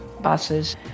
buses